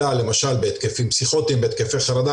אלא למשל בהתקפים פסיכוטיים, בהתקפי חרדה.